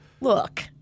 Look